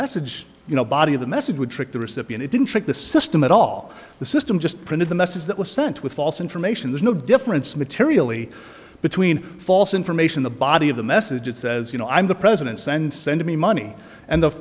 message you know body of the message would trick the recipient it didn't trick the system at all the system just printed the message that was sent with false information there's no difference materially between false information the body of the message it says you know i'm the president send send me money and the